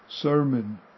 sermon